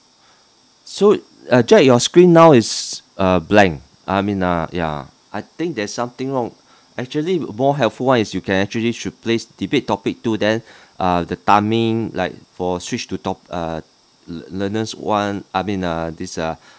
so uh jack your screen now is uh blank I mean na~ ya I think there is something wrong actually wi~ more helpful [one] is you can actually should place debate topic two then uh the timing like for switch to top~ uh le~ learner's one I mean uh this uh